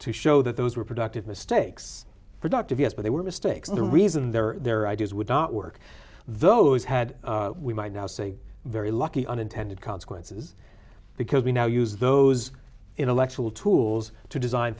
to show that those were productive mistakes productive yes but they were mistakes and the reason they're there ideas would not work those had we might now say very lucky unintended consequences because we now use those intellectual tools to design